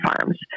farms